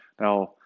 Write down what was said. Now